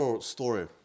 story